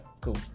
cool